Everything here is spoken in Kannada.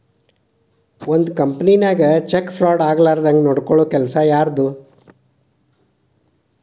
ಒಂದ್ ಕಂಪನಿನ್ಯಾಗ ಚೆಕ್ ಫ್ರಾಡ್ ಆಗ್ಲಾರ್ದಂಗ್ ನೊಡ್ಕೊಲ್ಲೊ ಕೆಲಸಾ ಯಾರ್ದು?